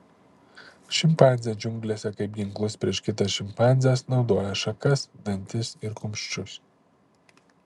šimpanzė džiunglėse kaip ginklus prieš kitas šimpanzes naudoja šakas dantis ir kumščius